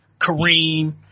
Kareem